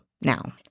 now